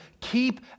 Keep